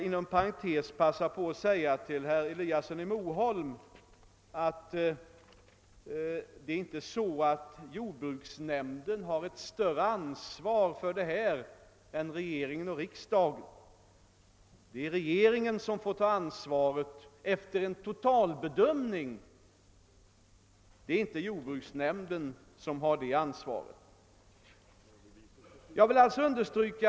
Inom parentes vill jag säga till herr Eliasson i Moholm att jordbruksnämnden inte har större ansvar i detta fall än regeringen och riksdagen. Det är regeringen som får försöka göra en total bedömning; det är inte jordbruksnämnden som har ansvaret där.